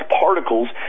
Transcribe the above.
particles